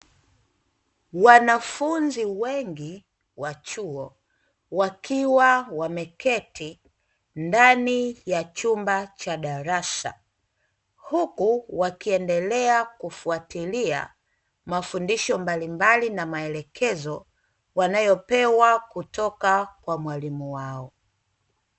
Wanafunzi wengi wa chuo wakiwa wameketi ndani ya chumba cha darasa, huku wakiendelea kufuatilia mafundisho mbalimbali na maelekezo wanayopewa kutoka kwa mwalimu wao.